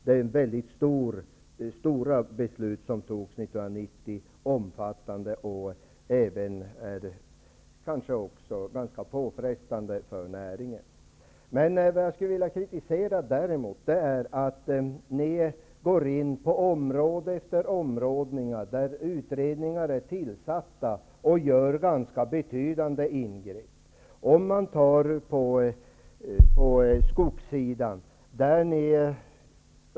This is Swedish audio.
De beslut som fattades år 1990 var omfattande och kanske också ganska påfrestande för näringen. Däremot vill jag kritisera att ni går in på område efter område där utredningar är tillsatta och gör ganska betydande ingrepp.